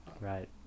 Right